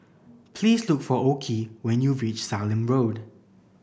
please look for Okey when you reach Sallim Road